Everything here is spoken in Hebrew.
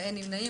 לא נורא,